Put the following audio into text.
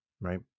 right